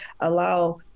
allow